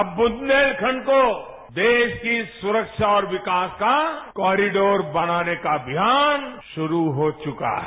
अब बुंदेलखंड को देश की सुरक्षा और विकास का कॉरीडोर बनाने का ध्यान शुरु हो चुका है